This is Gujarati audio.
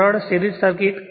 સરળ સિરીજ સર્કિટ